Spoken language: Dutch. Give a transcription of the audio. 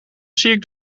cirque